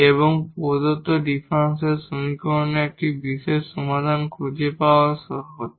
এবং প্রদত্ত ডিফারেনশিয়াল সমীকরণের একটি বিশেষ সমাধান খুঁজে পাওয়াও সহজ